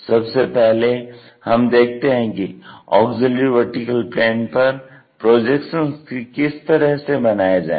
सबसे पहले हम देखते हैं कि ऑग्ज़िल्यरी वर्टीकल प्लेन पर प्रोजेक्शन्स किस तरह से बनाये जायें